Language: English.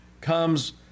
comes